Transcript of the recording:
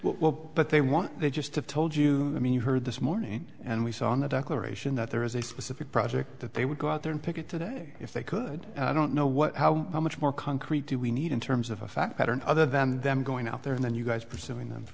well but they want they just told you i mean you heard this morning and we saw in the declaration that there is a specific project that they would go out there and picket today if they could i don't know what how how much more concrete do we need in terms of a fact pattern other than them going out there and then you guys pursuing them for